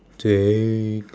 take